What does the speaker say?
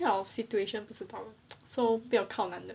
this kind of situation 不知道 so 不要靠男的